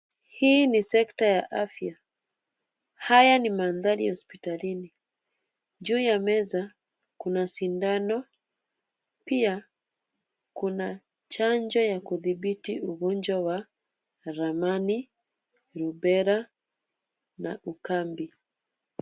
Hii ni sekta ya afya. Haya ni mandari ya hospitalini. Juu ya meza kuna sindano, pia kuna chanjo ya kudhibiti ugonjwa wa Ramani, Rubela na Ukambi.